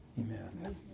amen